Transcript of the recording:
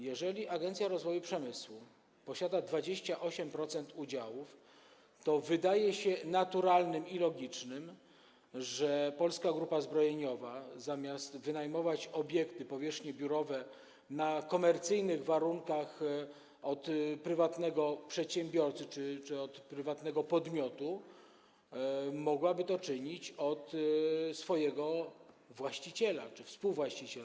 Jeżeli Agencja Rozwoju Przemysłu posiada 28% udziałów, to wydaje się naturalne i logiczne, że Polska Grupa Zbrojeniowa, zamiast wynajmować obiekty, powierzchnię biurową na komercyjnych warunkach od prywatnego przedsiębiorcy czy od prywatnego podmiotu, mogłaby wynajmować je od swojego właściciela czy współwłaściciela.